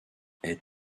est